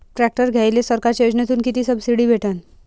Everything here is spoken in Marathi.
ट्रॅक्टर घ्यायले सरकारच्या योजनेतून किती सबसिडी भेटन?